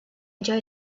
enjoy